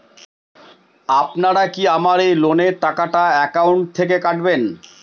আপনারা কি আমার এই লোনের টাকাটা একাউন্ট থেকে কাটবেন?